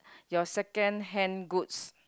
your secondhand goods